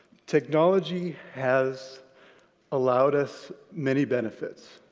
technology has allowed us many benefits.